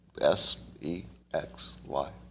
S-E-X-Y